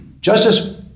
Justice